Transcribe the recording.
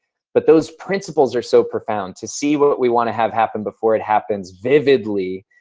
but those principles are so profound, to see what what we want to have happen before it happens vividly.